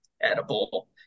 edible